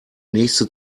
nächste